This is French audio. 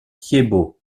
thiébaut